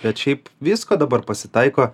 bet šiaip visko dabar pasitaiko